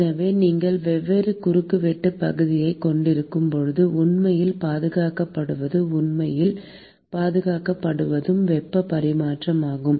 எனவே நீங்கள் வெவ்வேறு குறுக்குவெட்டுப் பகுதியைக் கொண்டிருக்கும் போது உண்மையில் பாதுகாக்கப்படுவதும் உண்மையில் பாதுகாக்கப்படுவதும் வெப்பப் பரிமாற்றமாகும்